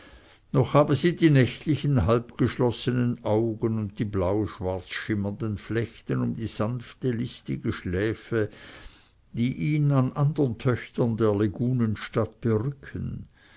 noch habe sie die nächtlichen halbgeschlossenen augen und die blau schwarz schimmernden flechten um die sanfte listige schläfe die ihn an andern töchtern der lagunenstadt berücken